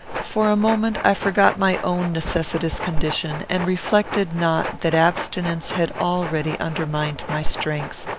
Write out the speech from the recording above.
for a moment, i forgot my own necessitous condition, and reflected not that abstinence had already undermined my strength.